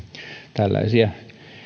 tällaisia